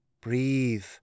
Breathe